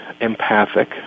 empathic